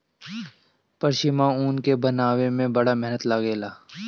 पश्मीना ऊन के बनावे में बड़ा मेहनत लागेला